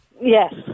Yes